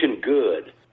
good